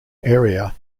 area